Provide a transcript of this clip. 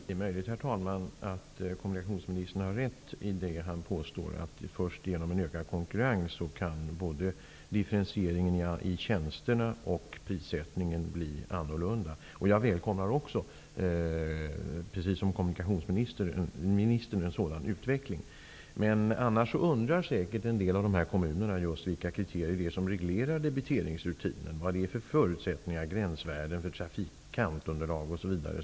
Herr talman! Det är möjligt att kommunikationsministern har rätt i det han säger om att det först genom en ökad konkurrens kan bli en annorlunda differentiering i tjänsterna och prissättningen. Jag välkomnar också, precis som kommunikationsministern, en sådan utveckling. Men i en del av dessa kommuner undras det säkert vilka kriterier det är som reglerar debiteringsrutinen, vad det är för förutsättningar och gränsvärden för trafikantunderlag osv.